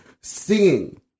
singing